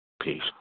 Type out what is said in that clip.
Peace